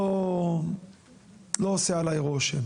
לא עושה עליי רושם